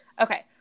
Okay